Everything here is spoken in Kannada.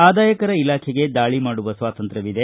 ಆದಾಯಕರ ಇಲಾಖೆಗೆ ದಾಳಿ ಮಾಡುವ ಸ್ವಾತಂತ್ರ್ಯವಿದೆ